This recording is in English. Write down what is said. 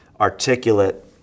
articulate